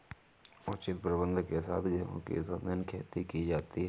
उचित प्रबंधन के साथ गेहूं की सघन खेती की जाती है